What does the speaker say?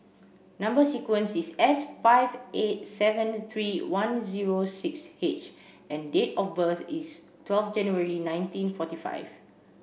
number sequence is S five eight seven three one zero six H and date of birth is twelve January nineteen forty five